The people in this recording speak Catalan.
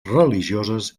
religioses